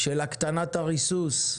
הקטנת הריסוס.